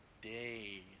day